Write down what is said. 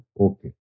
Okay